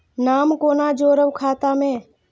नाम कोना जोरब खाता मे